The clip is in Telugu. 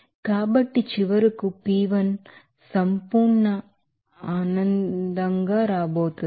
కాబట్టి చివరకు p1గా సంపూర్ణ ఆనందంగారాబోతోంది